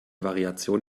variation